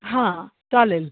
हां चालेल